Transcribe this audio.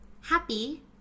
happy